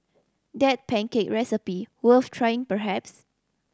that pancake recipe worth trying perhaps